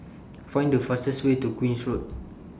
Find The fastest Way to Queen's Road